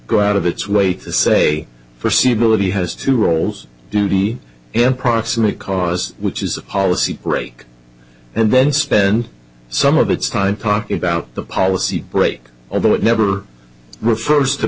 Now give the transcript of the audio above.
go out of its way to say for c bill that he has two roles duty and proximate cause which is a policy break and then spend some of its time talking about the policy break although it never refers to